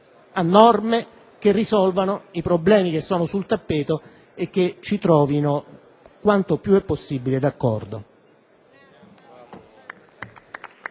a norme che risolvano i problemi che sono sul tappeto e che ci trovino, quanto più possibile, d'accordo.